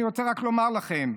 אני רוצה רק לומר לכם,